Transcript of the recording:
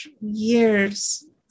years